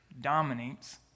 dominates